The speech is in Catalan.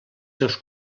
seus